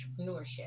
entrepreneurship